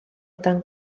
dan